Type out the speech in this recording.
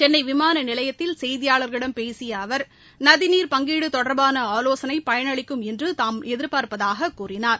சென்னை விமான நிலையத்தில் செய்தியாளர்களிடம் பேசிய அவர் நதிநீர் பங்கீடு தொடர்பான ஆலோசனை பயனளிக்கும் என்று தாம் எதிர்பார்ப்பதாகக் கூறினார்